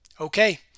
Okay